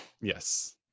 Yes